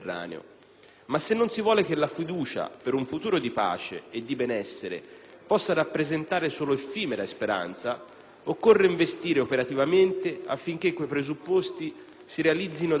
Ma se non si vuole che la fiducia per un futuro di pace e di benessere possa rappresentare solo un'effimera speranza occorre investire operativamente affinché quei presupposti si realizzino davvero